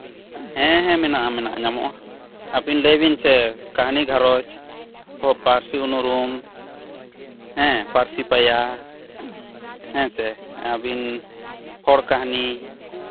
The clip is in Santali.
ᱦᱮᱸ ᱦᱮᱸ ᱢᱮᱱᱟᱜᱼᱟ ᱢᱮᱱᱟᱜᱼᱟ ᱧᱟᱢᱚᱜᱼᱟ ᱟᱹᱵᱤᱱ ᱞᱟᱹᱭ ᱵᱤᱱ ᱥᱮ ᱠᱟ ᱦᱱᱤ ᱜᱷᱟᱨᱚᱸᱡᱽ ᱦᱳ ᱯᱟᱹᱨᱥᱤ ᱩᱱᱩᱨᱩᱢ ᱦᱮᱸ ᱯᱟᱹᱨᱥᱤ ᱯᱟᱭᱟ ᱦᱮᱸᱥᱮ ᱟᱹᱵᱤᱱ ᱦᱚᱲ ᱠᱟᱹᱦᱱᱤ